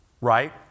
Right